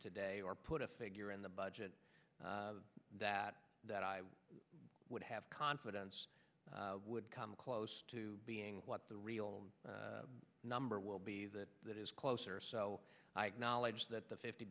today or put a figure in the budget that that i would have confidence would come close to being what the real number will be that that is closer so knowledge that the fifty